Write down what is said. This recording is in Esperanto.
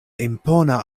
impona